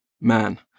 man